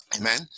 Amen